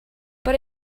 but